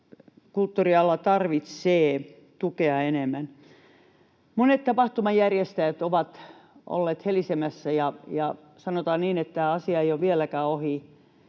kulttuuriala tarvitsee tukea enemmän. Monet tapahtumajärjestäjät ovat olleet helisemässä, ja sanotaan niin, että tämä asia ei ole vieläkään ohi